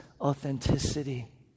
authenticity